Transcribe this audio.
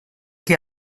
que